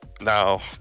Now